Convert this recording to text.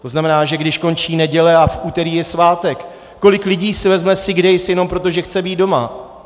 To znamená, že když končí neděle a v úterý je svátek, kolik lidí si vezme sick days jenom proto, že chce být doma.